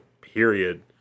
period